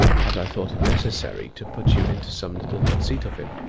had i thought it necessary to put you into some little conceit of him.